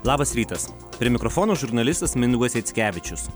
labas rytas prie mikrofono žurnalistas mindaugas jackevičius